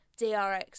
DRX